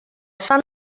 sant